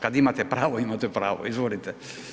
Kad imate pravo, imate pravo, izvolite.